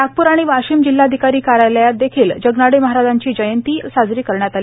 नागप्र आणि वाशीम जिल्हाधिकारी कार्यालयात देखील जगनाडे महाराज यांची जयंती आज साजरी करण्यात आली